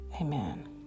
Amen